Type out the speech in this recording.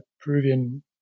Peruvian